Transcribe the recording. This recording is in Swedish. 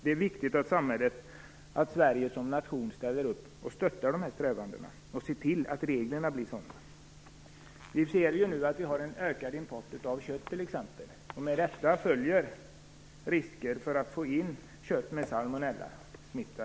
Det är viktigt att Sverige som nation ställer upp och stöttar dessa strävanden och ser till att reglerna blir sådana att den situationen inte uppstår. Vi ser ju nu att vi har en ökad import av exempelvis kött. Med det följer risker att få in kött med salmonella.